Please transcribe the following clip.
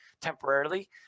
temporarily